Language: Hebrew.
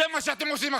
זה מה שאתם עושים עכשיו.